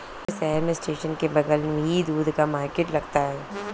हमारे शहर में स्टेशन के बगल ही दूध का मार्केट लगता है